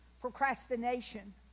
procrastination